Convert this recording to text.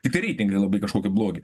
tiktai reitingai labai kažkokie blogi